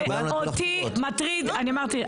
אותי מטריד, אני אמרתי.